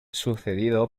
sucedido